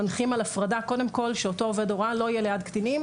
מנחים על הפרדה קודם כל שאותו עובד הוראה לא יהיה ליד קטינים